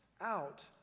out